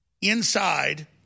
inside